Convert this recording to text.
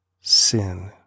sin